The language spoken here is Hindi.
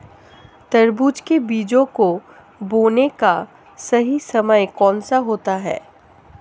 तरबूज के बीजों को बोने का सही समय कौनसा होता है?